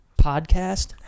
Podcast